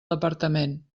departament